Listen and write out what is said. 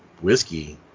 whiskey